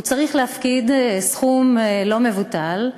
הוא צריך להפקיד סכום לא מבוטל,